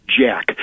jack